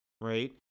right